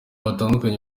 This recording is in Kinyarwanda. batandukanye